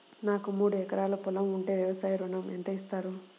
నాకు మూడు ఎకరాలు పొలం ఉంటే వ్యవసాయ ఋణం ఎంత ఇస్తారు?